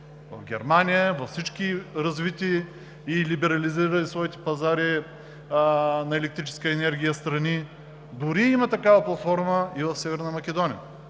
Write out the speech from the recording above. в Германия, във всички развити и либерализирали своите пазари на електрическа енергия страни, дори такава платформа има и в Северна Македония,